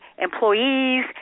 employees